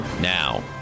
now